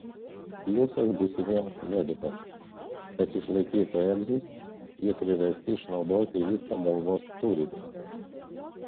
pliusas būsimiems medikams kad išlaikytų egzus jie priversti išnaudoti visą galvos turinį